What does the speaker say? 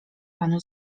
panu